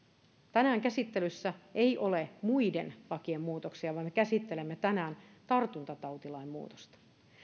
tänään käsittelyssä ei ole muiden lakien muutoksia vaan me käsittelemme tänään tartuntatautilain muutosta